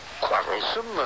Quarrelsome